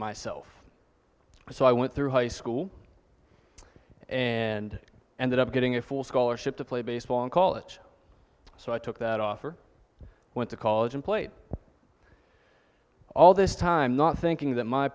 myself so i went through high school and ended up getting a full scholarship to play baseball and call it so i took that off or went to college and played all this time not thinking that my